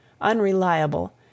unreliable